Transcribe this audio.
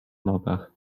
nogach